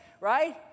right